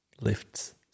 lifts